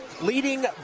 leading